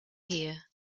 here